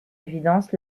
évidence